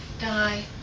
die